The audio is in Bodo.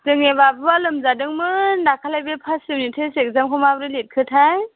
जोंनि बाबुआ लोमजादोंमोन दाखालि बे फार्स्ट इउनिट टेस्ट एक्जामखौ माबोरै लिरखोथाय